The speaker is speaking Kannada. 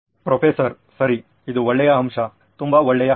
ಪ್ರೊಫೆಸರ್ ಸರಿ ಅದು ಒಳ್ಳೆಯ ಅಂಶ ತುಂಬ ಒಳ್ಳೆಯ ಅಂಶ